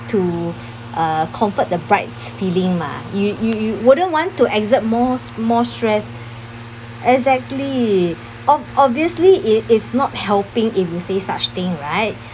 to uh comfort the bride's feeling mah you you you wouldn't want to exert more more stress exactly ob~ obviously it is not helping if you say such thing right